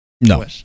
No